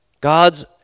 God's